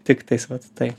tiktais vat tai